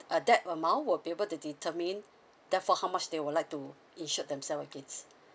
uh that amount will be able to determine then for how much they would like to insured themselves against